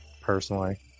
personally